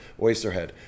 Oysterhead